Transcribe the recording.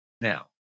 Now